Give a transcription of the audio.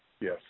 Yes